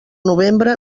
novembre